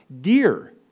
Dear